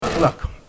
Look